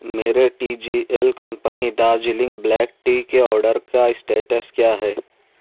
میرے T G L company Darjeeling black tea کے order کا اسٹیٹس کیا ہے